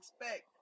expect